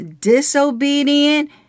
disobedient